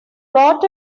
got